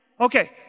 Okay